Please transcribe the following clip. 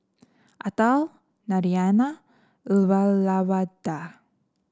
Atal Naraina and Uyyalawada